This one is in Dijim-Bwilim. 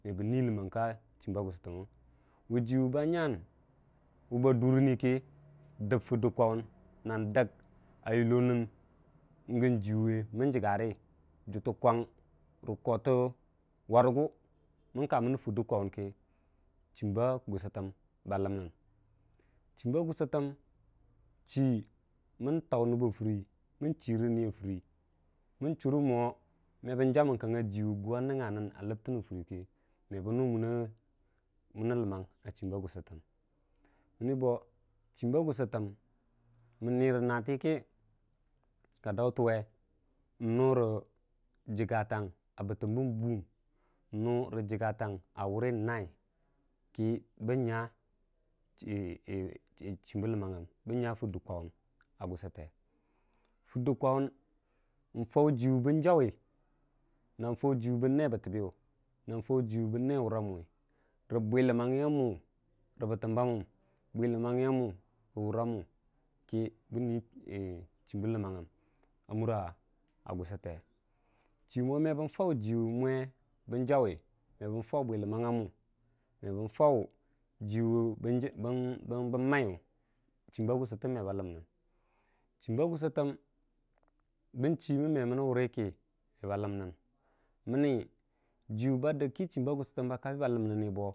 ka gusutəməng wujiwu ba nyam ba durən nə kə dəb fidda kwaw a yullo nən gən jiwu mən jəggarə juttə kwan kotə warəgu mən kamən fidda kwaw wukə chimba gusutəm ba ləgəm chii mən tarə nəbba surə kə chimba gusətəm me ba ləmməm məni bo chimbə gusətan mən ni rə natə kə ka dautuwe nuu rə jəggatang a bətəm bə buum nuu rə jəggatang a wurəm nai kə bən nya chimbə ləmmangən fau jiwum bən jauwi nən fau jiwm wurətən bətəbəyu bwiləmmangiyamu rə wa bəttəbdyu tən wurə nai bən chimbə ləmmangən a mura gusəte chumome mən bən fau ju bən jauwi rə jiwun bən maiyu kə chimba gusətəm me ba ləmnəng chumba gusətəm bən chumə meməm wurə kə me ba ləmnəng jiwu ba dəggi kə mini ji chimbə gusətəm me ba lemnini bo.